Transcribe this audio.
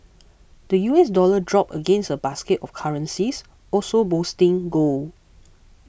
the U S dollar dropped against a basket of currencies also boosting gold